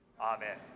Amen